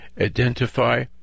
identify